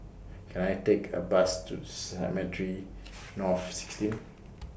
Can I Take A Bus to Cemetry North sixteen